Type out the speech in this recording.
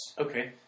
Okay